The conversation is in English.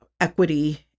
equity